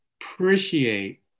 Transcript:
appreciate